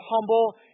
humble